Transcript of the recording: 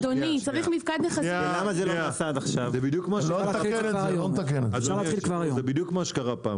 אדוני היושב-ראש, זה בדיוק מה שקרה בפעם